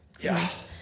Yes